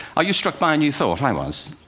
are you struck by a new thought? i was.